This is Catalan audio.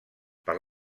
per